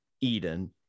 eden